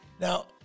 Now